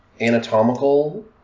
anatomical